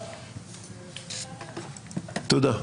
תודה.